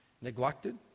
neglected